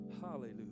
Hallelujah